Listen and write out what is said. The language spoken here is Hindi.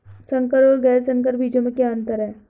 संकर और गैर संकर बीजों में क्या अंतर है?